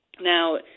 Now